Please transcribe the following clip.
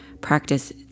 practice